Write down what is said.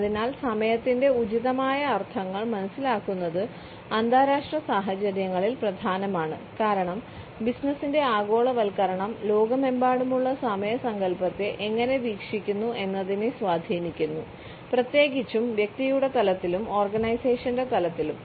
അതിനാൽ സമയത്തിന്റെ ഉചിതമായ അർത്ഥങ്ങൾ മനസിലാക്കുന്നത് അന്താരാഷ്ട്ര സാഹചര്യങ്ങളിൽ പ്രധാനമാണ് കാരണം ബിസിനസ്സിന്റെ ആഗോളവൽക്കരണം ലോകമെമ്പാടുമുള്ള സമയ സങ്കല്പത്തെ എങ്ങനെ വീക്ഷിക്കുന്നു എന്നതിനെ സ്വാധീനിക്കുന്നു പ്രത്യേകിച്ചും വ്യക്തിയുടെ തലത്തിലും ഓർഗനൈസേഷന്റെ തലത്തിലും